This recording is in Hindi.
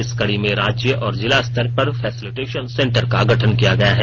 इस कड़ी में राज्य और जिलास्तर पर फैसिलिटेशन सेंटर का गठन किया गया है